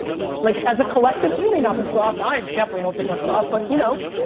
like as a collective, you may not be soft, i definitely don't think i'm soft but, you know,